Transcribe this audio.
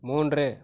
மூன்று